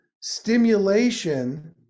stimulation